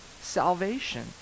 salvation